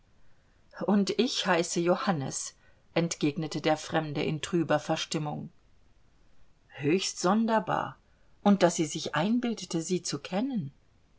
und ich heiße johannes entgegnete der fremde in trüber verstimmung höchst sonderbar und daß sie sich einbildete sie zu kennen